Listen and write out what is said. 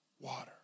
water